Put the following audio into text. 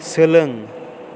सोलों